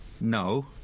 no